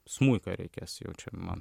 smuiką reikės jau čia man